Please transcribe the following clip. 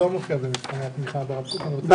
(ג)